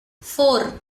four